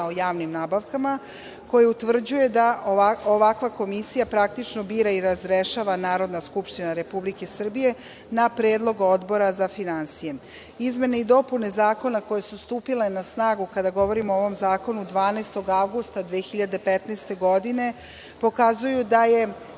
o javnim nabavkama, koja utvrđuje da ovakva Komisija, praktično, bira i razrešava Narodna skupština Republike Srbije, na predlog Odbora za finansije. Izmene i dopune Zakona koje su stupile na snagu, kada govorimo o ovom Zakonu, 12. avgusta 2015. godine, pokazuju da je